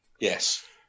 Yes